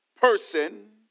person